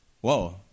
whoa